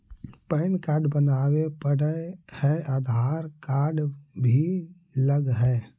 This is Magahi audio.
पैन कार्ड बनावे पडय है आधार कार्ड भी लगहै?